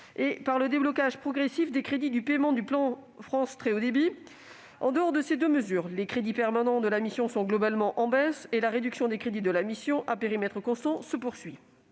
du déblocage progressif des crédits de paiement affectés au plan France Très haut débit. En dehors de ces deux mesures, les crédits permanents de la mission sont globalement en baisse et leur réduction à périmètre constant se poursuit.